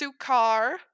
sukar